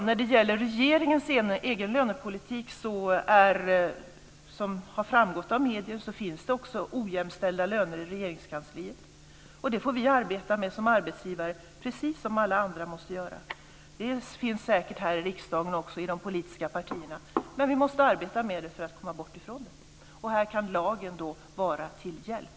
När det gäller regeringens egen lönepolitik finns det, som har framgått i medierna, ojämställda löner även i Regeringskansliet. Det får vi arbeta med som arbetsgivare, precis som alla andra måste göra. Det finns säkert också här i riksdagen och i de politiska partierna. Vi måste arbeta med det för att komma bort ifrån det, och här kan lagen vara till hjälp.